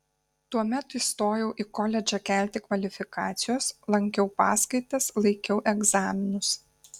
tuomet įstojau į koledžą kelti kvalifikacijos lankiau paskaitas laikiau egzaminus